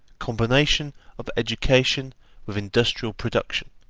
combination of education with industrial production,